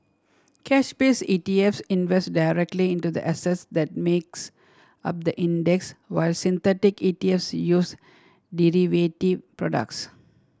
cash base ETFs invest directly into the assets that makes up the index while synthetic ETFs use derivative products